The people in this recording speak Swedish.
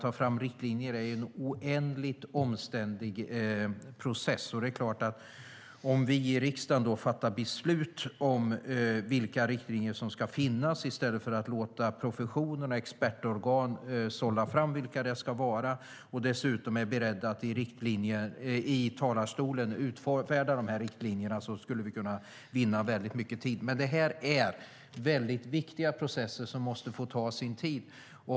Om jag får var lite skämtsam skulle jag kunna säga att om vi i riksdagen fattar beslut om vilka riktlinjer som ska finnas, i stället för att låta professionen och expertorgan sålla fram vad det ska vara för riktlinjer, och dessutom är beredda att i talarstolen utfärda dessa riktlinjer skulle vi vinna mycket tid. Men det här är viktiga processer som måste få ta sin tid.